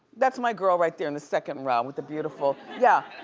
that's my girl right there in the second row with the beautiful, yeah,